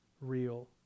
real